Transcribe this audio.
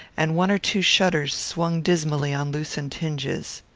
and one or two shutters swung dismally on loosened hinges.